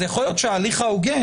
אז יכול להיות שההליך ההוגן